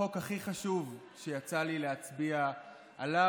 בחוק הכי חשוב שיצא לי להצביע עליו.